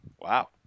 Wow